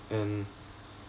and